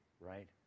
right